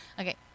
Okay